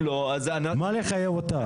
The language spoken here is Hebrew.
מה לחייב אותם?